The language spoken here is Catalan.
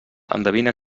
endevina